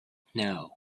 know